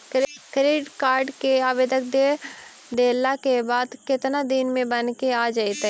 Credit card के आवेदन दे देला के बाद केतना दिन में बनके आ जइतै?